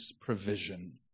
provision